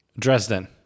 Dresden